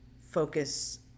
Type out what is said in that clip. focus